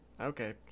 Okay